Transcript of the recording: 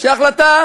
שההחלטה